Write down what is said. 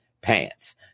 pants